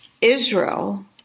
Israel